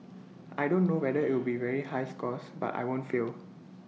I don't know whether IT will be very high scores but I won't fail